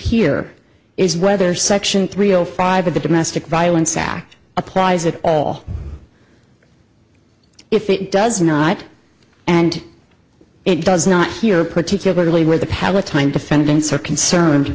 here is whether section three zero five of the domestic violence act applies at all if it does not and it does not here particularly where the palatine defendants are concerned